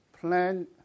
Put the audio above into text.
plan